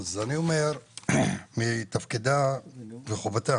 אני אומר שתפקידה וחובתה